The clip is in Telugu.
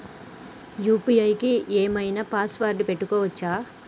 యూ.పీ.ఐ కి ఏం ఐనా పాస్వర్డ్ పెట్టుకోవచ్చా?